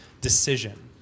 decision